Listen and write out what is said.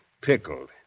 pickled